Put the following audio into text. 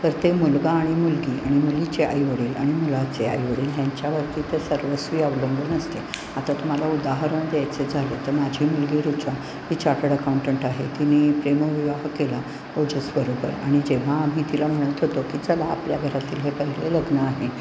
तर ते मुलगा आणि मुलगी आणि मुलीचे आईवडील आणि मुलाचे आईवडील ह्यांच्यावरती ते सर्वस्वी अवलंबून असते आता तुम्हाला उदाहरण द्यायचे झाले तर माझी मुलगी ऋचा ही चाटर्ड अकाऊंटंट आहे तिने प्रेमविवाह केला ओजसबरोबर आणि जेव्हा आम्ही तिला म्हणत होतो की चला आपल्या घरातील हे पहिले लग्न आहे